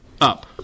up